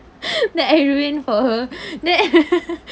that I ruin for her then